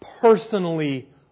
personally